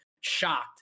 shocked